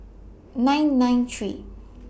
nine nine three